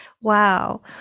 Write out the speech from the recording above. Wow